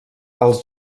els